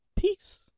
Peace